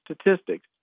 statistics